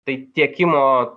tai tiekimo